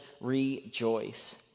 rejoice